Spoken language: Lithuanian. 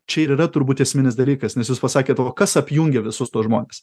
čia ir yra turbūt esminis dalykas nes jūs pasakėt o kas apjungia visus tuos žmones